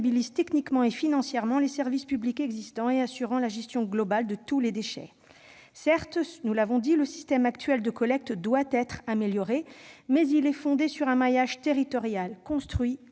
techniquement et financièrement, les services publics existants qui assurent la gestion de tous les déchets. Certes, nous l'avons dit, le système actuel de collecte doit être amélioré, mais il est fondé sur un maillage territorial construit